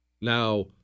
Now